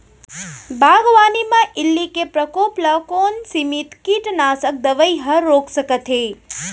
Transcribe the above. बागवानी म इल्ली के प्रकोप ल कोन सीमित कीटनाशक दवई ह रोक सकथे?